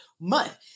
month